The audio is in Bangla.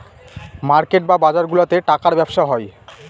মার্কেট বা বাজারগুলাতে টাকার ব্যবসা হয়